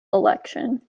election